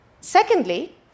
Secondly